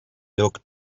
looked